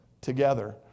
together